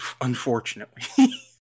unfortunately